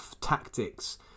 tactics